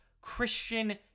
Christian